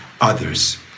others